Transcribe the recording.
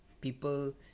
people